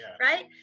Right